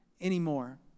anymore